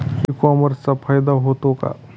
E कॉमर्सचा फायदा होतो का?